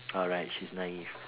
alright she is naive